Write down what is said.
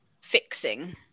fixing